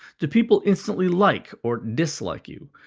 do people instantly like or dislike you?